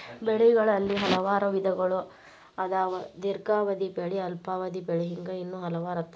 ಬೆಳೆಗಳಲ್ಲಿ ಹಲವಾರು ವಿಧಗಳು ಅದಾವ ದೇರ್ಘಾವಧಿ ಬೆಳೆ ಅಲ್ಪಾವಧಿ ಬೆಳೆ ಹಿಂಗ ಇನ್ನೂ ಹಲವಾರ ತರಾ